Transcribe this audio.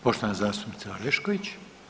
Poštovana zastupnica Orešković.